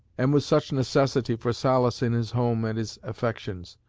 and with such necessity for solace in his home and his affections,